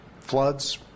floods